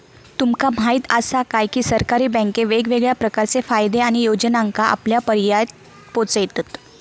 तुमका म्हायत आसा काय, की सरकारी बँके वेगवेगळ्या प्रकारचे फायदे आणि योजनांका आपल्यापर्यात पोचयतत